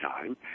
time